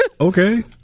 okay